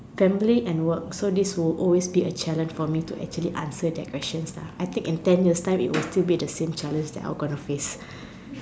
family and work so this will be always a challenge for me to actually answer that I think in ten years time it will still be a problem for me